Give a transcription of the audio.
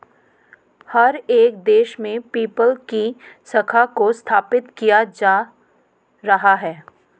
हर एक देश में पेपल की शाखा को स्थापित किया जा रहा है